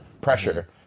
pressure